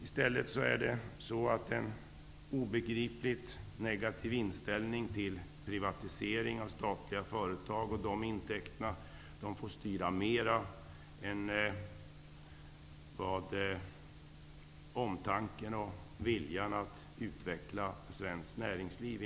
I stället är det en obegripligt negativ inställning till privatiseringen av statliga företag och de intäkterna som får styra, mer än omtanken och viljan att utveckla svenskt näringsliv.